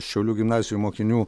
šiaulių gimnazijų mokinių